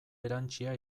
erantsia